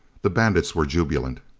the bandits were jubilant.